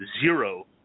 zero